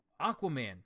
Aquaman